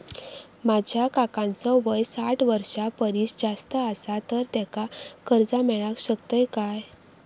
माझ्या काकांचो वय साठ वर्षां परिस जास्त आसा तर त्यांका कर्जा मेळाक शकतय काय?